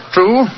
True